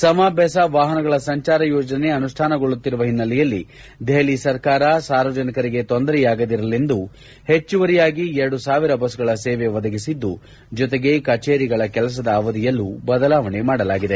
ಸಮ ಬೆಸ ವಾಹನಗಳ ಸಂಚಾರ ಯೋಜನೆ ಅನುಷ್ಠಾನಗೊಳ್ಳುತ್ತಿರುವ ಹಿನ್ನೆಲೆಯಲ್ಲಿ ದೆಹಲಿ ಸರಕಾರ ಸಾರ್ವಜನಿಕರಿಗೆ ತೊಂದರೆಯಾಗದಿರಲೆಂದು ಹೆಚ್ಚುವರಿಯಾಗಿ ಎರಡು ಸಾವಿರ ಬಸ್ಗಳ ಸೇವೆ ಒದಗಿಸಿದ್ದು ಜತೆಗೆ ಕಚೇರಿಗಳ ಕೆಲಸದ ಅವಧಿಯಲ್ಲೂ ಬದಲಾವಣೆ ಮಾಡಲಾಗಿದೆ